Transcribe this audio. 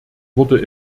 wurde